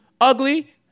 ugly